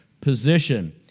position